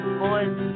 boys